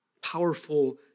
powerful